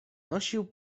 nosił